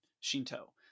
Shinto